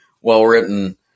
well-written